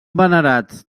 venerats